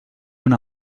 una